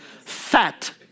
Fat